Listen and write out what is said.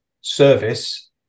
service